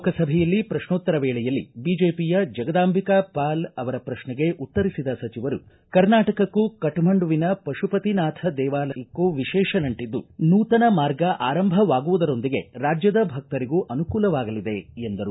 ಲೋಕಸಭೆಯಲ್ಲಿ ಪ್ರಶ್ನೋತ್ತರ ವೇಳೆಯಲ್ಲಿ ಬಿಜೆಪಿಯ ಜಗದಾಂಬಿಕಾ ಪಾಲ್ ಅವರ ಪ್ರಶ್ನೆಗೆ ಉತ್ತರಿಸಿದ ಸಚಿವರು ಕರ್ನಾಟಕಕ್ಕೂ ಕಠ್ಮಂಡುವಿನ ಪಶುಪತಿನಾಥ ದೇವಸ್ಥಾನಕ್ಕೂ ವಿಶೇಷ ನಂಟದ್ದು ನೂತನ ಮಾರ್ಗ ಆರಂಭವಾಗುವುದರೊಂದಿಗೆ ರಾಜ್ಯದ ಭಕ್ತರಿಗೂ ಅನುಕೂಲವಾಗಲಿದೆ ಎಂದರು